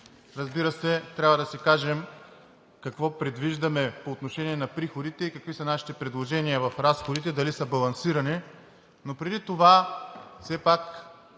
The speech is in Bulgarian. разбира се, трябва да си кажем какво предвиждаме по отношение на приходите и какви са нашите предложения в разходите, дали са балансирани. Преди това все пак